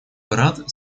брат